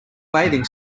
bathing